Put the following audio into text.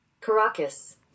Caracas